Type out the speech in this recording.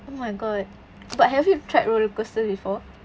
oh my god but have you tried roller coaster before